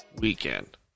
weekend